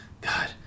God